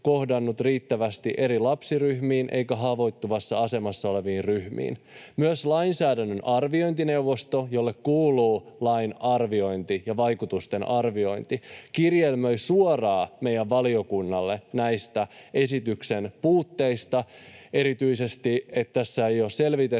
riittävästi eri lapsiryhmiin eikä haavoittuvassa asemassa oleviin ryhmiin. Myös lainsäädännön arviointineuvosto, jolle kuuluu lain arviointi ja vaikutusten arviointi, kirjelmöi suoraan meidän valiokunnalle näistä esityksen puutteista, erityisesti että tässä ei ole selvitetty,